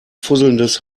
fusselndes